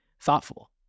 thoughtful